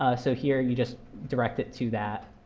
ah so here you just direct it to that.